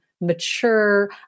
mature